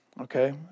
Okay